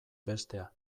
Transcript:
bestea